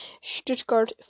Stuttgart